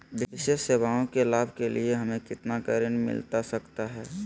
विशेष सेवाओं के लाभ के लिए हमें कितना का ऋण मिलता सकता है?